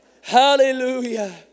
Hallelujah